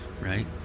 right